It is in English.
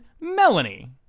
melanie